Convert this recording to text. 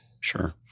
Sure